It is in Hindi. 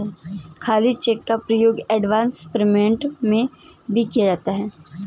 खाली चेक का उपयोग एडवांस पेमेंट में भी किया जाता है